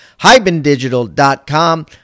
hybendigital.com